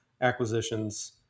acquisitions